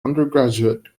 undergraduate